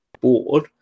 board